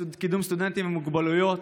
לקידום סטודנטים עם מוגבלויות,